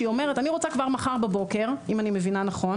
שהיא אומרת: אני רוצה כבר מחר בבוקר אם אני מבינה נכון